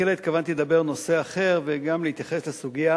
מלכתחילה התכוונתי לדבר על נושא אחר וגם להתייחס לסוגיה